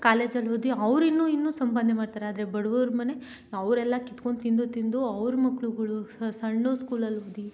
ಕಾಲೇಜಲ್ಲಿ ಓದಿ ಅವ್ರಿನ್ನೂ ಇನ್ನೂ ಸಂಪಾದನೆ ಮಾಡ್ತಾರೆ ಆದರೆ ಬಡವ್ರ ಮನೆ ಅವರೆಲ್ಲಾ ಕಿತ್ಕೊಂಡು ತಿಂದೂ ತಿಂದೂ ಅವ್ರ ಮಕ್ಳುಗಳು ಸಣ್ಣ ಸ್ಕೂಲಲ್ಲಿ ಓದಿ